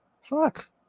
Fuck